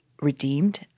redeemed